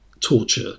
torture